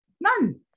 none